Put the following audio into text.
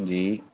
ਜੀ